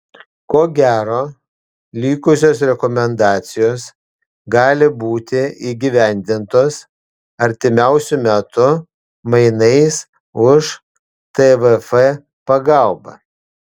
ko gero likusios rekomendacijos gali būti įgyvendintos artimiausiu metu mainais už tvf pagalbą